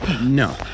No